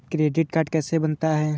Credit card कैसे बनता है?